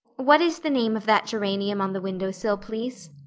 what is the name of that geranium on the window-sill, please?